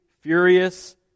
furious